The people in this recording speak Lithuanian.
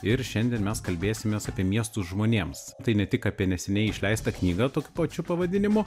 ir šiandien mes kalbėsimės apie miestus žmonėms tai ne tik apie neseniai išleistą knygą tokiu pačiu pavadinimu